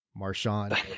Marshawn